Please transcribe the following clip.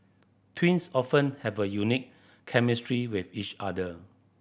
twins often have a unique chemistry with each other